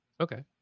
Okay